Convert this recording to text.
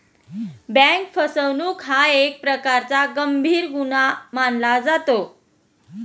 bank फसवणूक हा एक प्रकारचा गंभीर गुन्हा मानला जातो